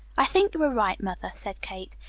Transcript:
i think you are right, mother, said kate.